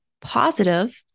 positive